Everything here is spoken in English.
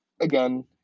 again